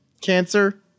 cancer